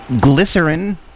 Glycerin